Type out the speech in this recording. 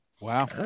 Wow